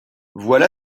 voilà